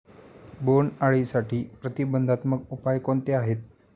बोंडअळीसाठी प्रतिबंधात्मक उपाय कोणते आहेत?